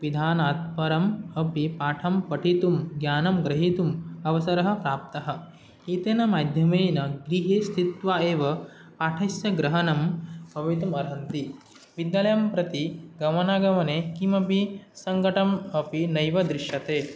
पिधानात् परम् अपि पाठं पठितुं ज्ञानं ग्रहीतुम् अवसरः प्राप्तः एतेन माध्यमेन गृहे स्थित्वा एव पाठस्य ग्रहणं भवितुम् अर्हति विद्यालयं प्रति गमनागमने किमपि सङ्गटम् अपि नैव दृश्यते